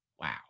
Wow